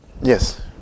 Yes